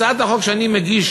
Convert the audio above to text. הצעת החוק שאני מגיש